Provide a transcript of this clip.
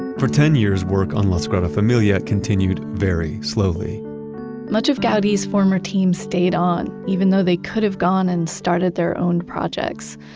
for ten years work on la sagrada familia continued very slowly much of gaudi's former team stayed on, even though they could have gone and started their own projects.